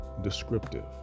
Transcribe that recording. descriptive